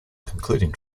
concluding